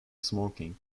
smoking